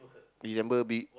December be~